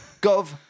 Gov